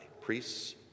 Priests